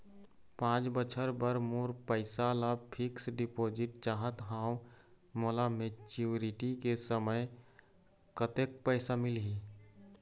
पांच बछर बर मोर पैसा ला फिक्स डिपोजिट चाहत हंव, मोला मैच्योरिटी के समय कतेक पैसा मिल ही?